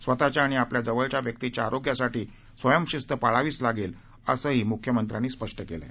स्वतःच्या आणि आपल्या जवळच्या व्यक्तींच्या आरोग्यासाठी स्वयंशिस्त पाळावीच लागेल असं मुख्यमंत्र्यांनी स्पष्ट केलं आहे